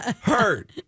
hurt